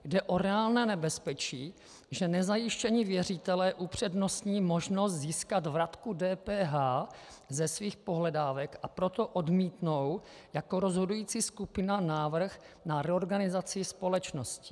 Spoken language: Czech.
Jde o reálné nebezpečí, že nezajištění věřitelé upřednostní možnost získat vratku DPH ze svých pohledávek, a proto odmítnou jako rozhodující skupina návrh na reorganizaci společnosti.